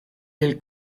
del